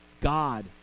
God